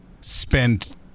spend